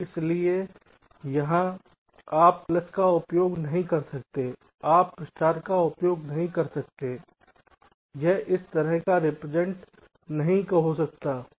इसलिए यहां आप प्लस का उपयोग नहीं कर सकते हैं आप स्टार का उपयोग नहीं कर सकते हैं यह इस तरह का रिप्रेजेंट नहीं हो सकता है